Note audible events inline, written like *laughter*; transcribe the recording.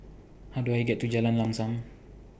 How Do I get to Jalan Lam *noise* SAM